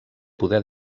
poder